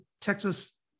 Texas